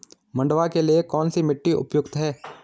मंडुवा के लिए कौन सी मिट्टी उपयुक्त है?